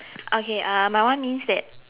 okay uh my one means that